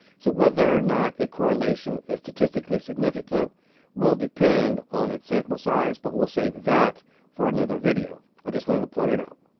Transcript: so whether or not a correlation is statistically significant will depend on its sample size but we'll save that for another video. i just wanted to point it out.